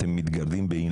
אתם מתגרדים באי-נוחות.